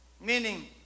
Meaning